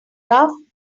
rough